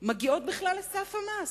מגיעות בכלל לסף המס.